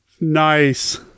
Nice